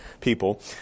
people